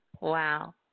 Wow